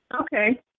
Okay